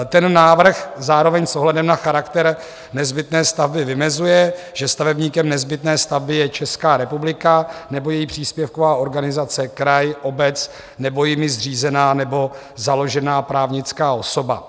Ten návrh zároveň s ohledem na charakter nezbytné stavby vymezuje, že stavebníkem nezbytné stavby je Česká republika nebo její příspěvková organizace, kraj, obec, nebo jimi zřízená nebo založená právnická osoba.